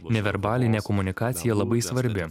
neverbalinė komunikacija labai svarbi